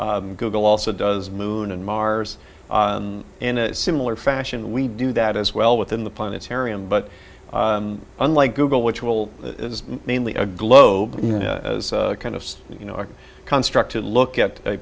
google also does moon and mars in a similar fashion we do that as well within the planetarium but unlike google which will is mainly a globe as a kind of you know our construct to look a